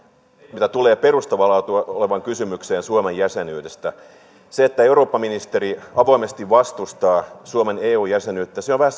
mitä tulee perustavaa laatua olevaan kysymykseen suomen jäsenyydestä se että eurooppaministeri avoimesti vastustaa suomen eu jäsenyyttä on vähän